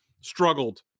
struggled